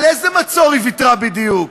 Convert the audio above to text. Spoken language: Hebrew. על איזה מצור היא ויתרה בדיוק?